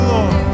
Lord